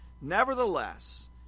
nevertheless